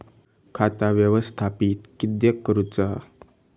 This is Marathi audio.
खाता व्यवस्थापित किद्यक करुचा?